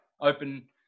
open